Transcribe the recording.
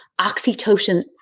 oxytocin